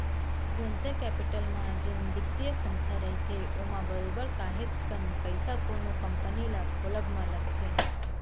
venture capital म जेन बित्तीय संस्था रहिथे ओमा बरोबर काहेच कन पइसा कोनो कंपनी ल खोलब म लगथे